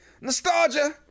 nostalgia